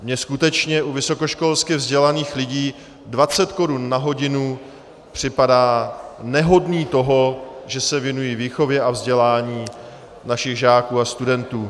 Mně skutečně u vysokoškolsky vzdělaných lidí 20 korun na hodinu připadá nehodné toho, že se věnují výchově a vzdělání našich žáků a studentů.